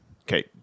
Okay